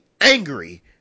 angry